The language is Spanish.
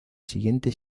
siguiente